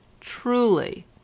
truly